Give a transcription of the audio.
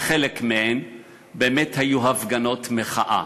חלק מהן באמת היו הפגנות מחאה.